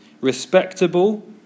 respectable